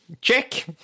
check